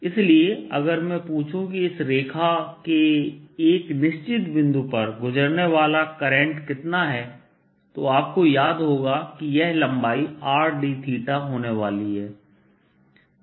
इसलिए अगर मैं पूछूं कि इस रेखा के एक निश्चित बिंदु पर गुजरने वाला करंट कितना है तो आपको याद होगा कि यह लंबाई Rd होने वाली है